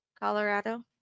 Colorado